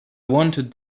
wanted